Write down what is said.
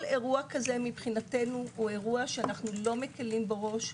כל אירוע כזה מבחינתנו אנחנו לא מקלים בו ראש,